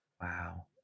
wow